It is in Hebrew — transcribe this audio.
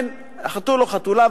חתול או חתולה.